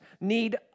need